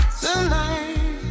tonight